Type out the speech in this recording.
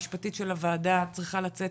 סלאלחה.